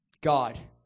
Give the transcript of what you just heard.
God